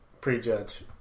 Prejudge